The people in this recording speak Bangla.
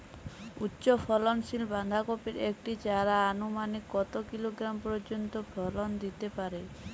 উচ্চ ফলনশীল বাঁধাকপির একটি চারা আনুমানিক কত কিলোগ্রাম পর্যন্ত ফলন দিতে পারে?